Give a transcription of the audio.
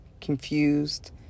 confused